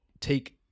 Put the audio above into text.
take